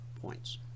points